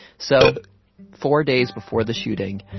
so four days before the shooting,